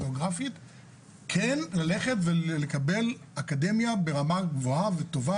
כן ללכת ולקבל אקדמיה ברמה גבוהה וטובה,